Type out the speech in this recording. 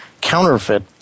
counterfeit